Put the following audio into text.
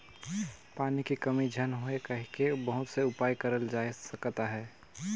पानी के कमी झन होए कहिके बहुत से उपाय करल जाए सकत अहे